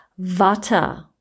vata